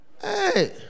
Hey